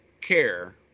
care